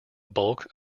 bulk